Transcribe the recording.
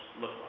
look